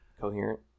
Coherent